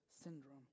syndrome